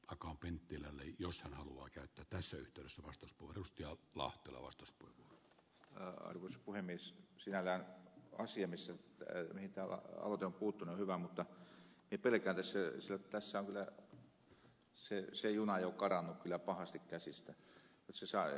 akaan penttilälle jos hän haluaa käyttää tässä yhteydessä vasta kun rustia sinällään asia mihin tämä aloite on puuttunut on hyvä mutta minä pelkään tässä sitä että se juna on kyllä jo karannut pahasti käsistä eikä sitä saada enää hallintaan